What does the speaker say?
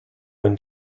when